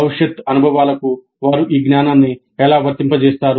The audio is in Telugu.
భవిష్యత్ అనుభవాలకు వారు ఈ జ్ఞానాన్ని ఎలా వర్తింపజేస్తారు